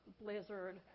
blizzard